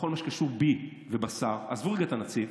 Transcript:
בכל מה שקשור בי ובשר, עזבו רגע את הנציב,